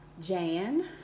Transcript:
Jan